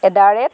at the rate